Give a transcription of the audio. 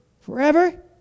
Forever